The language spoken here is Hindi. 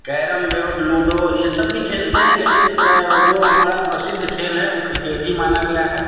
कैरम बोर्ड लूडो ये सब भी खेलते हैं लेकिन जो हमारा प्रसिद्ध खेल है ओ क्रिकेट ही माना गया है